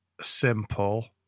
simple